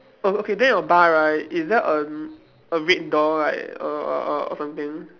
oh okay then your bar right is there a a red door right or or or something